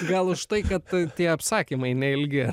gal už tai kad tie apsakymai neilgi